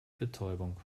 betäubung